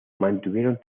mantuvieron